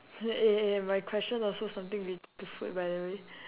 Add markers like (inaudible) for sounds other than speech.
(noise) eh eh my question also something with the food by the way